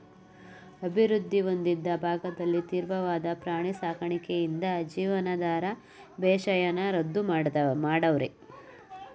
ಅಭಿವೃದ್ಧಿ ಹೊಂದಿದ ಭಾಗದಲ್ಲಿ ತೀವ್ರವಾದ ಪ್ರಾಣಿ ಸಾಕಣೆಯಿಂದ ಜೀವನಾಧಾರ ಬೇಸಾಯನ ರದ್ದು ಮಾಡವ್ರೆ